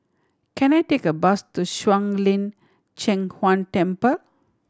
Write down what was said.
can I take a bus to Shuang Lin Cheng Huang Temple